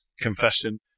Confession